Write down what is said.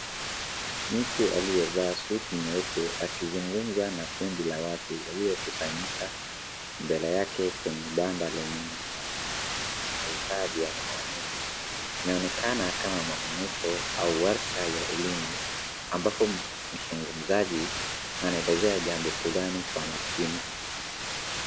Mtu aliyevaa suti nyeupe akizungumza na kundi la watu waliokusanyika mbele yake kwenye banda lenye vifaa vya maonyesho. Inaonekana kama maonyesho au warsha ya elimu ambapo mzungumzaji anaelezea jambo fulani kwa makini.